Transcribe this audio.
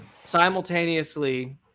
simultaneously